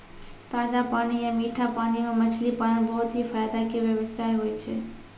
ताजा पानी या मीठा पानी मॅ मछली पालन बहुत हीं फायदा के व्यवसाय होय छै